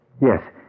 Yes